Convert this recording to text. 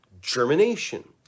germination